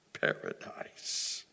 paradise